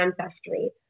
ancestry